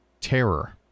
terror